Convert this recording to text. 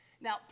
Now